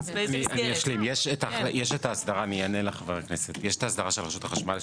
יש את האסדרה של רשות החשמל,